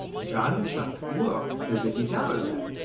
johnny chuck looked as if he doubted that,